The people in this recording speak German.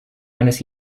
eines